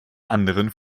anderen